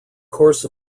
course